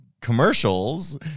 commercials